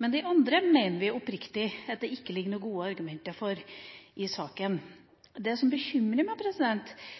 Men når det gjelder de andre forslagene, mener vi oppriktig at det ikke ligger noen gode motargumenter i